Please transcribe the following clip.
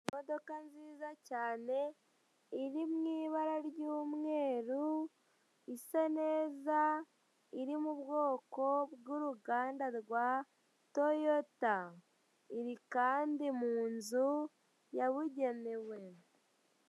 Imodoka nziza cyane iri mu ibara ry'umweru, isa neza iri mu bwoko bw'uruganda rwa toyota iri kandi mu nzu yabugenewe.